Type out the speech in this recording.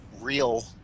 real